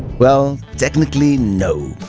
well technically no,